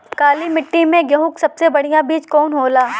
काली मिट्टी में गेहूँक सबसे बढ़िया बीज कवन होला?